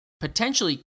potentially